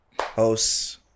House